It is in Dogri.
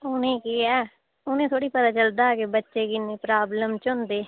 उ'नें ई केह् ऐ उ'नें ई थोह्ड़ी पता चलदा कि बच्चे किन्नी प्राब्लम च होंदे